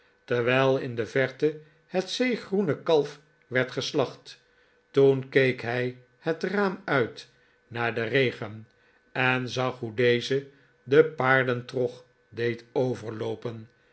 terwijl in de verte het zeegroene kalf werd geslacht toen keek hij het raam uit naar den regen en zag hoe deze den paardentrog deed overloopen